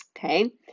Okay